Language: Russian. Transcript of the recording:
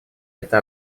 это